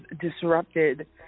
Disrupted